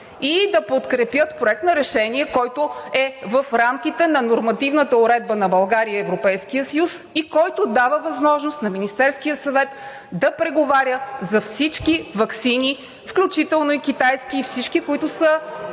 и да подкрепят Проект на решение, който е в рамките на нормативната уредба на България и на Европейския съюз и който дава възможност на Министерския съвет да преговаря за всички ваксини, включително и китайски, и всички ваксини, които са